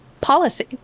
policy